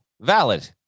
valid